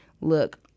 look